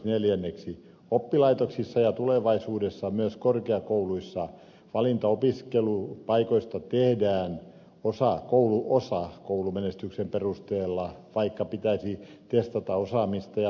neljänneksi oppilaitoksissa ja tulevaisuudessa myös korkeakouluissa valinta opiskelupaikoista tehdään osaksi koulumenestyksen perusteella vaikka pitäisi testata osaamista ja taitoja